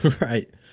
Right